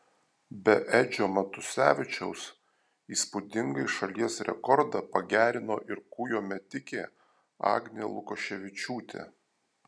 be edžio matusevičiaus įspūdingai šalies rekordą pagerino ir kūjo metikė agnė lukoševičiūtė